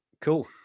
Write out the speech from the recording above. Cool